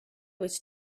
was